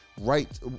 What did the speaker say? right